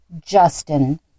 Justin